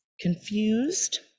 confused